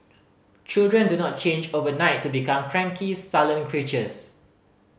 children do not change overnight to become cranky sullen creatures